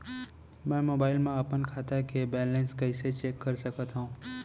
मैं मोबाइल मा अपन खाता के बैलेन्स कइसे चेक कर सकत हव?